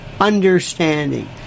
understanding